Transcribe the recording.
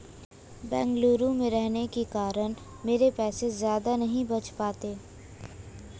बेंगलुरु में रहने के कारण मेरे पैसे ज्यादा नहीं बच पाते